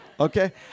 Okay